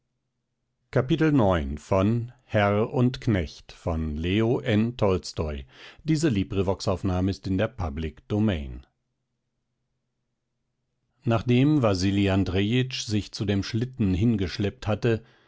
ix nachdem wasili andrejitsch sich zu dem schlitten hingeschleppt hatte